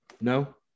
no